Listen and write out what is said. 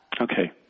Okay